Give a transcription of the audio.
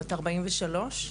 בת 43,